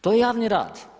To je javni rad.